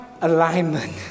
alignment